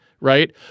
right